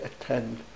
attend